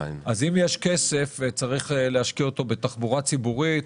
אז אם יש כסף, צריך להשקיע אותו בתחבורה ציבורית.